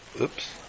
Oops